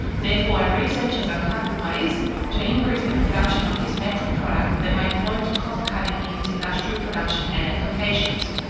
therefore our research has uncovered ways to increase the production of this natural product that may flow to cost-cutting in its industrial production and applications.